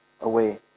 away